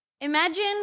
Imagine